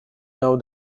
now